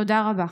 תודה רבה.